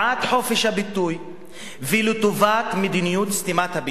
חופש הביטוי ולטובת מדיניות סתימת הפיות.